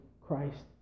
Christ